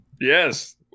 Yes